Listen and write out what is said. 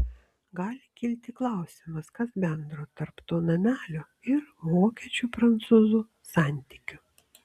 gali kilti klausimas kas bendro tarp to namelio ir vokiečių prancūzų santykių